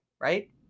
Right